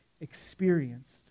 experienced